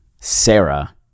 Sarah